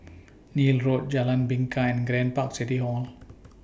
Neil Road Jalan Bingka and Grand Park City Hall